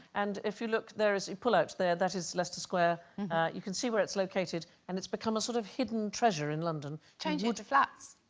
and if you look there is a pull out there that is leicester square you can see where it's located and it's become a sort of hidden treasure in london changing wood flats